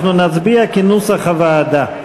אנחנו נצביע כנוסח הוועדה.